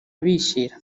bishyira